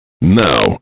Now